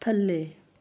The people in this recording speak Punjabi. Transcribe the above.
ਥੱਲੇ